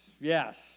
Yes